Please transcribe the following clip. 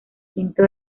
quinto